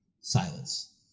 Silence